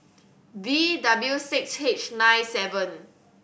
V W six H nine seven